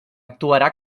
actuarà